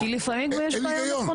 כי לפעמים יש בעיה.